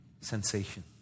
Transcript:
sensation